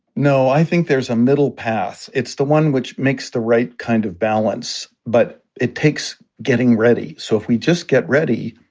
no, i think there's a middle path. it's the one which makes the right kind of balance, but it takes getting ready. so if we just get ready,